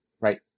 right